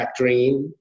factoring